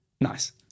Nice